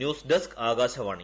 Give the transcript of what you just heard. news desk Akashvani